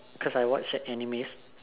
cause I watch that animes